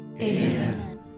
Amen